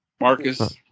Marcus